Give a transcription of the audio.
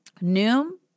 Noom